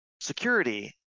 security